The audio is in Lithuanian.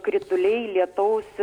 krituliai lietaus